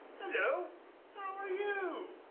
hello, how are you?